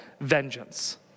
Vengeance